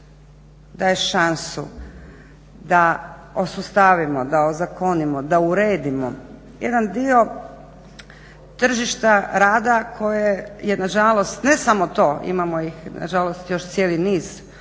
daje šansu da osustavimo, da ozakonimo, da uredimo jedan dio tržišta rada koje je nažalost ne samo to, imamo ih nažalost još cijeli niz